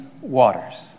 waters